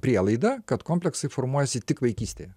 prielaidą kad kompleksai formuojasi tik vaikystėje